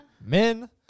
Men